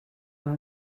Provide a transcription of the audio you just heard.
amb